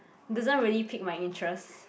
doesn't really pique my interest